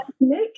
Nick